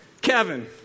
Kevin